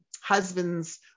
husbands